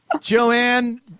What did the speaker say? Joanne